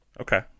okay